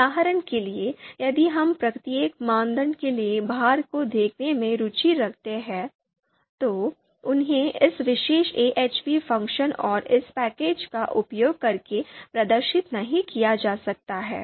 उदाहरण के लिए यदि हम प्रत्येक मानदंड के लिए भार को देखने में रुचि रखते हैं तो उन्हें इस विशेष AHP फ़ंक्शन और इस पैकेज का उपयोग करके प्रदर्शित नहीं किया जा सकता है